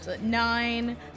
Nine